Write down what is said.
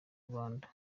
rwanda